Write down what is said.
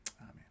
Amen